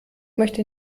möchte